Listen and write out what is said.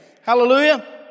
Hallelujah